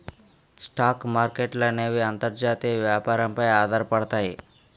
stock మార్కెట్ల అనేవి అంతర్జాతీయ వ్యాపారం పై ఆధారపడతాయి